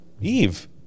Eve